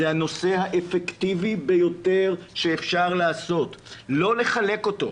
זה הנושא האפקטיבי ביותר שאפשר לעשות ולא לחלק אותו.